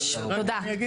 משרד